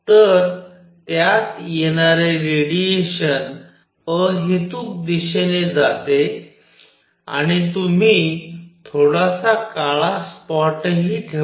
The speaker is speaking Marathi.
तर त्यात येणारे रेडिएशन अहेतुक दिशेने जाते आणि तुम्ही थोडासा काळा स्पॉटही ठेवा